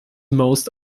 most